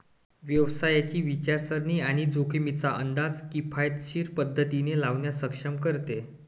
व्यवसायाची विचारसरणी आणि जोखमींचा अंदाज किफायतशीर पद्धतीने लावण्यास सक्षम करते